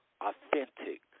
authentic